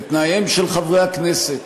בתנאיהם של חברי הכנסת,